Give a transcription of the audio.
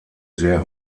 sehr